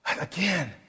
Again